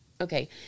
Okay